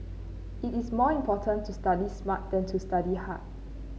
it is more important to study smart than to study hard